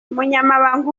umunyamabanga